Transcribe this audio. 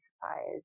suppliers